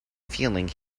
feeling